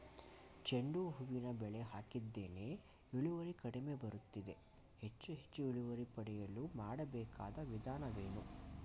ಚೆಂಡು ಹೂವಿನ ಬೆಳೆ ಹಾಕಿದ್ದೇನೆ, ಇಳುವರಿ ಕಡಿಮೆ ಬರುತ್ತಿದೆ, ಹೆಚ್ಚು ಹೆಚ್ಚು ಇಳುವರಿ ಪಡೆಯಲು ಮಾಡಬೇಕಾದ ವಿಧಾನವೇನು?